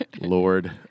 Lord